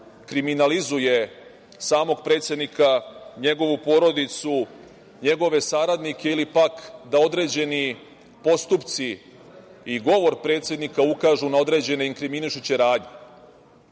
kriminalizuje samog predsednika, njegovu porodicu, njegove saradnike, ili pak da određeni postupci i govor predsednika ukažu na određene inkriminišuće radnje.